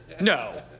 No